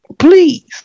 Please